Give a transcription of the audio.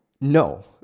No